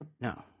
no